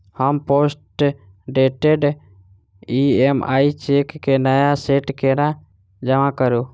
हम postdated EMI cheque केँ नया सेट केना जमा करू?